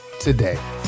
today